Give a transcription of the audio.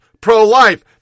pro-life